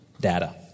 data